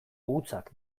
hutsak